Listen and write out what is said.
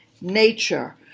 nature